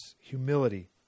humility